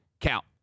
count